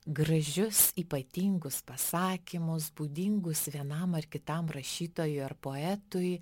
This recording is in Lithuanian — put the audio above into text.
gražius ypatingus pasakymus būdingus vienam ar kitam rašytojui ar poetui